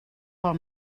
pel